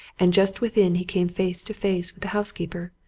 and just within he came face to face with the housekeeper,